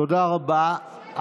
תודה רבה.